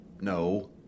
No